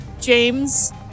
James